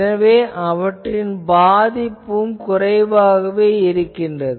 எனவே அவற்றின் பாதிப்பும் குறைவாகவே இருக்கிறது